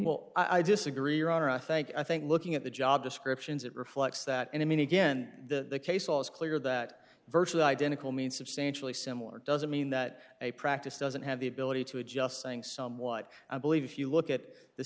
well i disagree your honor i think i think looking at the job descriptions it reflects that and i mean again the case law is clear that virtually identical means substantially similar doesn't mean that a practice doesn't have the ability to adjust saying somewhat i believe if you look at it this